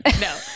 No